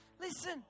Listen